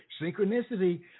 Synchronicity